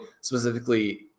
specifically